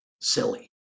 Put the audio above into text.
silly